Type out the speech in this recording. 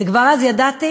וכבר אז ידעתי